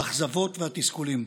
האכזבות והתסכולים,